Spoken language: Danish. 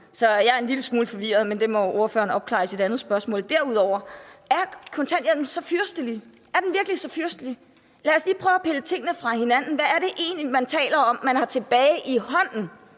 så jeg er en lille smule forvirret, men det må ordføreren opklare i sit andet spørgsmål. Derudover vil jeg spørge: Er kontanthjælpen virkelig så fyrstelig? Lad os lige prøve at pille tingene fra hinanden. Hvad er det egentlig, vi taler om man har tilbage i hånden?